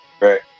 Right